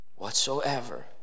whatsoever